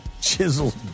chiseled